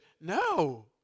No